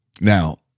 Now